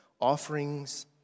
offerings